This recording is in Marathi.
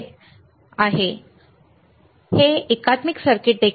हे इंटिग्रेटेड सर्किट एकात्मिक सर्किट आहे का